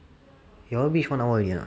ya reach one hour already [what]